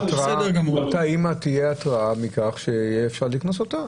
אותה אימא, אפשר יהיה לקנוס אותה.